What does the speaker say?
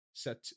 set